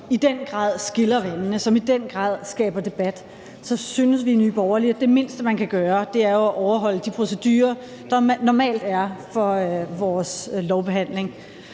som i den grad skiller vandene, og som i den grad skaber debat, synes vi i Nye Borgerlige, at det mindste, man kan gøre, er at overholde de procedurer, der normalt er for vores lovbehandling.